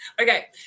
Okay